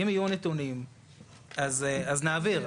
אם יהיו נתונים אז נעביר,